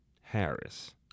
Harris